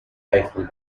eiffel